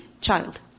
child